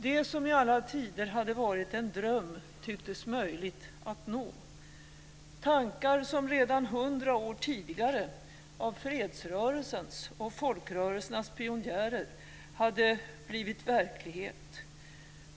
Det, som i alla tider varit en dröm, tycktes möjligt att nå. Tankar som väckts redan hundra år tidigare av fredsrörelsens - folkrörelsernas - pionjärer hade blivit verklighet.